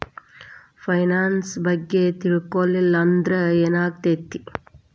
Finance ಬಗ್ಗೆ ತಿಳ್ಕೊಳಿಲ್ಲಂದ್ರ ಏನಾಗ್ತೆತಿ?